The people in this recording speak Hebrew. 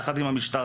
יחד עם המשטרה,